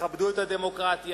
תכבדו את הדמוקרטיה,